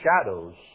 shadows